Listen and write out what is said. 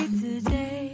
today